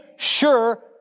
sure